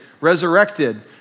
resurrected